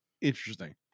Interesting